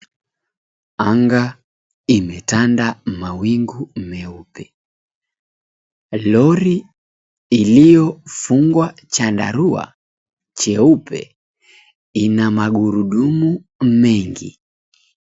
Anga imetanda mawingu meupe. Lori iliyofungwa chandarua cheupe, ina magurudumu mengi.